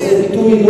זה ביטוי.